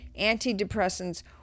antidepressants